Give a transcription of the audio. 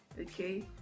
Okay